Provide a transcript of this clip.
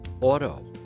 auto